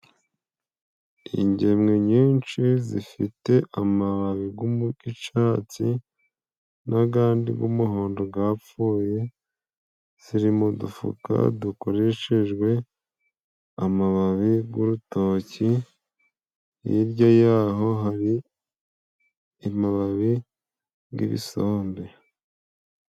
Ingemwe nyinshi zifite amababi g'icatsi n'agandi g'umuhondo gapfuye, ziri mu dufuka dukoreshejwe amababi g'urutoki, hirya yaho hari amababi nk'ibisombe.